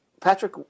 Patrick